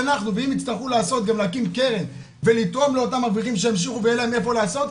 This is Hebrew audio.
ואם יצטרכו להקים קרן ולתרום אברכים שימשיכו ואין להם איפה לעשות,